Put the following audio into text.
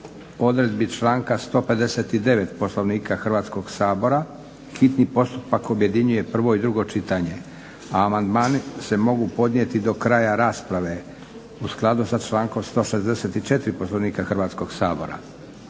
Odredbi članka 159. Poslovnika Hrvatskog sabora hitni postupak objedinjuje prvo i drugo čitanje, a amandmani se mogu podnijeti do kraja rasprave u skladu sa člankom 164. Poslovnika Hrvatskog sabora.